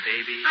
Baby